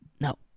No